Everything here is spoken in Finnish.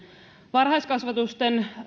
varhaiskasvatuksen